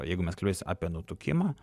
jeigu mes kalbėsim apie nutukimą